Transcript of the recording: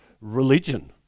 religion